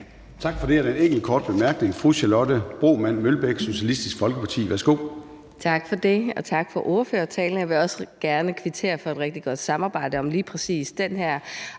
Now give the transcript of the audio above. Tak for det.